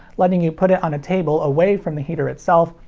letting you put it on a table away from the heater itself,